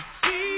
see